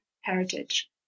heritage